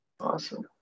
Awesome